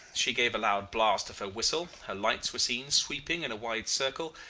she gave a loud blast of her whistle, her lights were seen sweeping in a wide circle,